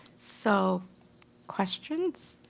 so questions?